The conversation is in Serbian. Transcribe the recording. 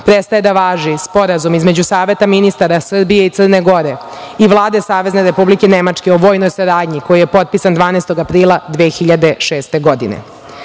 prestaje da važi sporazum između saveta ministara Srbije i Crne Gore i Vlade Savezne Republike Nemačke o vojnoj saradnji koji je potpisan 12. aprila 2006. godine.